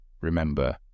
Remember